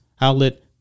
outlet